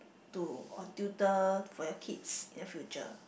to or tutor for your kids in the future